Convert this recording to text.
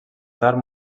tard